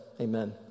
amen